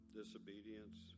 disobedience